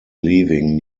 leaving